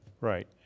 right